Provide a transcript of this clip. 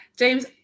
James